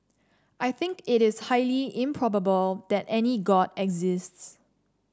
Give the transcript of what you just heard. I think it is highly improbable that any god exists